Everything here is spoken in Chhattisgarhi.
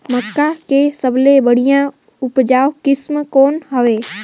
मक्का के सबले बढ़िया उपजाऊ किसम कौन हवय?